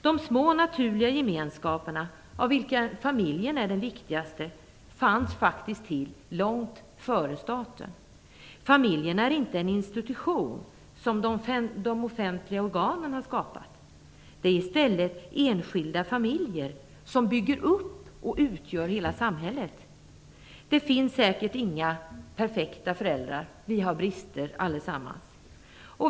De små naturliga gemenskaperna, av vilka familjen är den viktigaste, fanns faktiskt till långt före staten. Familjen är inte en institution som de offentliga organen har skapat. Det är i stället enskilda och familjer som bygger upp och utgör hela samhället. Det finns säkert inga perfekta föräldrar. Vi har brister allesammans.